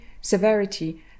severity